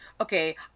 Okay